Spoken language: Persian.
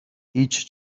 هیچ